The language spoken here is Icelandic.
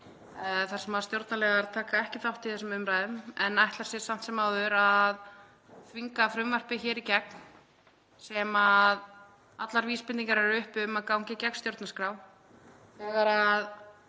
þar sem stjórnarliðar taka ekki þátt í þessum umræðum en ætla sér samt sem áður að þvinga frumvarp hér í gegn sem allar vísbendingar eru uppi um að gangi gegn stjórnarskrá. Þegar